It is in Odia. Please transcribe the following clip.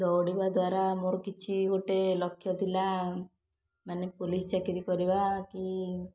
ଦୌଡ଼ିବା ଦ୍ୱାରା ମୋର କିଛି ଗୋଟେ ଲକ୍ଷ୍ୟ ଥିଲା ମାନେ ପୋଲିସ୍ ଚାକିରି କରିବା କି